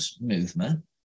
movement